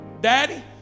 daddy